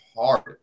hard